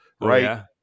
right